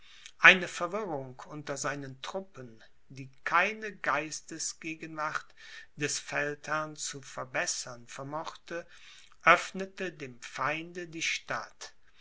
eine verwirrung unter seinen truppen die keine geistesgegenwart des feldherrn zu verbessern vermochte öffnete dem feinde die stadt